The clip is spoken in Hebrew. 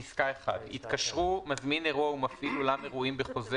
(1) התקשרו מזמין אירוע ומפעיל אולם אירועים בחוזה